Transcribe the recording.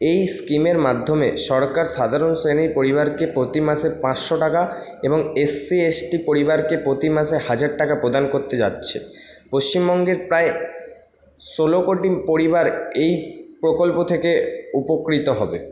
এই স্কিমের মাধ্যমে সরকার সাধারণ শ্রেণীর পরিবারকে প্রতি মাসে পাঁসশো টাকা এবং এসসি এসটি পরিবারকে প্রতি মাসে হাজার টাকা প্রদান করতে যাচ্ছে পশ্চিমবঙ্গের প্রায় ষোলো কোটি পরিবার এই প্রকল্প থেকে উপকৃত হবে